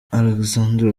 alessandro